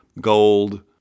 gold